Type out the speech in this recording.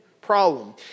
problem